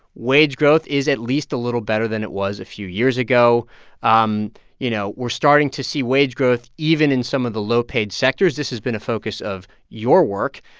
wage growth is at least a little better than it was a few years ago um you know, we're starting to see wage growth even in some of the low-paid sectors. this has been a focus of your work.